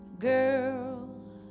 Girl